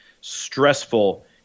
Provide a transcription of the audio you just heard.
stressful